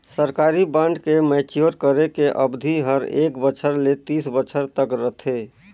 सरकारी बांड के मैच्योर करे के अबधि हर एक बछर ले तीस बछर तक रथे